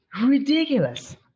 ridiculous